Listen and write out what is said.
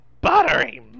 buttery